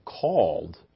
called